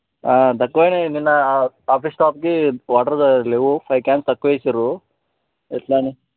తక్కువైనాయి నిన్న ఆఫీస్ స్టాఫ్కి వాటర్ లేవు ఫైవ్ క్యాన్స్ తక్కువ వేశారు ఎలా అని